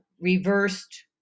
reversed